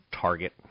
Target